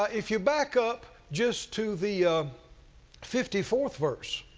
ah if you back up just to the fifty fourth verse,